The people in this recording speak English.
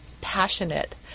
passionate